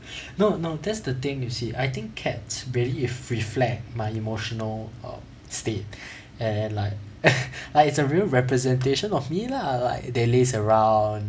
no no that's the thing you see I think cats really reflect my emotional um state and like like it's a real representation of me lah like they laze around